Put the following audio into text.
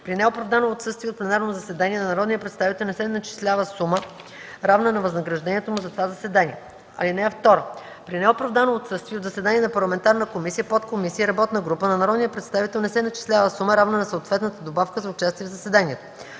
При неоправдано отсъствие от пленарно заседание на народния представител не се начислява сума, равна на възнаграждението му за това заседание. (2) При неоправдано отсъствие от заседание на парламентарна комисия, подкомисия и работна група на народния представител не се начислява сума, равна на съответната добавка за участие в заседанието.